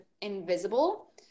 invisible